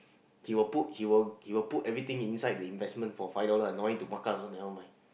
he will put he will he will put everything inside the investment for five dollars ah don't need to mark up also nevermind